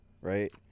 right